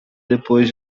depois